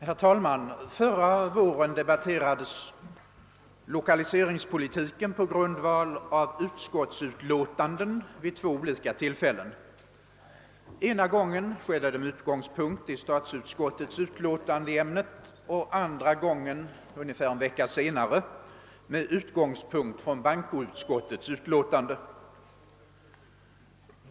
Herr talman! Förra året debatterades lokaliseringspolitiken i riksdagen vid två olika tillfällen på grundval av utskottsutlåtanden; den ena gången skedde det med utgångspunkt i statsutskottets utlåtande i ämnet och den andra gången, ungefär en vecka senare, med utgångspunkt i bankoutskottets utlåtande.